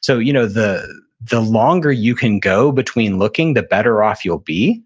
so you know the the longer you can go between looking, the better off you'll be